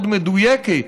מאוד מדויקת,